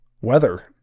weather